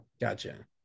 Gotcha